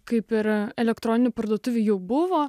kaip yra elektroninių parduotuvių jau buvo